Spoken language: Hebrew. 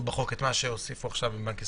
בחוק את מה שהוסיפו עכשיו עם בנק ישראל,